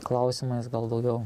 klausimais gal daugiau